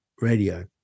Radio